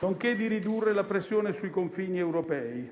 nonché ridurre la pressione sui confini europei.